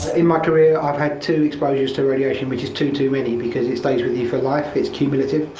in my career i've had two exposures to radiation, which is two too many, because it stays with you for life. it's cumulative.